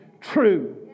true